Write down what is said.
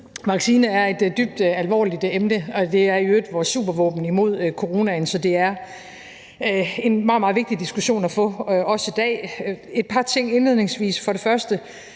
Vaccine er et dybt alvorligt emne, og det er i øvrigt vores supervåben imod coronaen, så det er en meget, meget vigtig diskussion at få også i dag. Et par ting indledningsvis. For det første